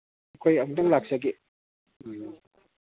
ꯑꯩꯈꯣꯏ ꯑꯝꯇꯪ ꯂꯥꯛꯆꯒꯦ ꯎꯝ